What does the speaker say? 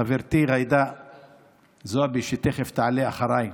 חברתי ג'ידא זועבי, שתכף תעלה אחריי,